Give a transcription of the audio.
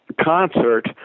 concert